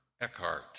Eckhart